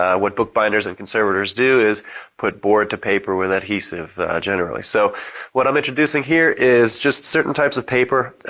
ah what bookbinders and conservatives do is put board to paper with adhesive generally. so what i'm introducing here is just certain types of paper.